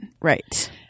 Right